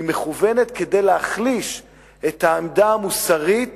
היא מכוונת, כדי להחליש את העמדה המוסרית